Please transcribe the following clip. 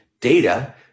data